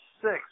six